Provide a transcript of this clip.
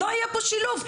לא יהיה פה שילוב.